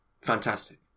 fantastic